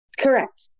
correct